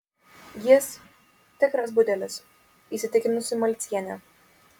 jis tikras budelis įsitikinusi malcienė